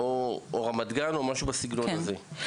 רמת גן או משהו בסגנון הזה.